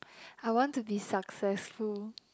I want to be successful